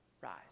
rise